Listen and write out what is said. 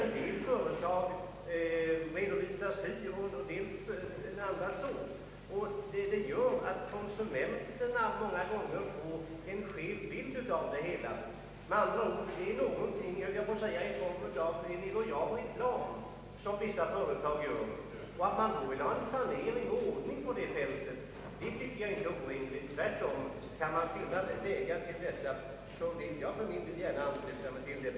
En del företag redovisar momsen si och andra så, vilket gör att konsumenterna många gånger får en skev bild av det hela. Vissa företag bedriver något av ett slags illojal reklam på den här punkten, och att försöka åstadkomma en sanering och ordning inom detta fält är inte orimligt, tvärtom! Kan man finna vägar härtill så vill jag för min del gärna ansluta mig.